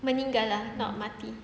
meninggal ah not mati